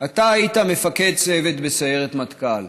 אתה היית מפקד צוות בסיירת מטכ"ל.